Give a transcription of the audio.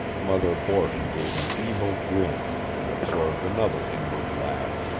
mother borton gave an evil grin, and absorbed another inward laugh.